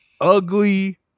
ugly